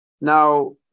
Now